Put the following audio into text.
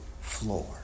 floor